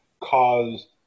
caused